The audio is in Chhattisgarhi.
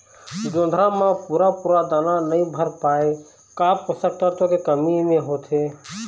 जोंधरा म पूरा पूरा दाना नई भर पाए का का पोषक तत्व के कमी मे होथे?